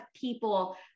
people